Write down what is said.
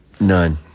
None